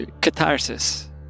Catharsis